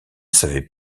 savez